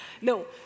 No